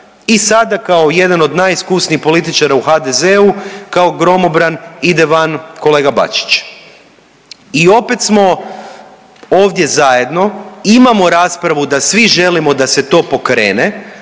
I sada kao jedan od najiskusnijih političara u HDZ-u kao gromobran ide van kolega Bačić. I opet smo ovdje zajedno, imamo raspravu da svi želimo da se to pokrene,